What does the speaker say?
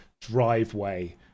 driveway